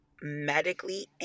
medically